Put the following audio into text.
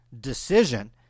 decision